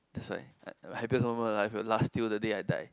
that's why the happiest moment of my life will last till the day I die